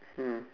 mm